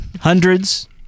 hundreds